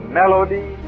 melody